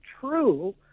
true